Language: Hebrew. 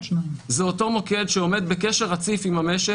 זה אותו מוקד שעומד בקשר רציף עם המשק